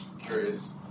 curious